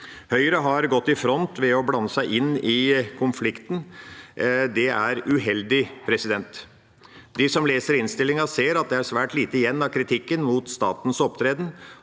Høyre har gått i front ved å blande seg inn i konflikten. Det er uheldig. De som leser innstillinga, ser at det er svært lite igjen av kritikken mot statens opptreden.